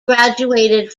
graduated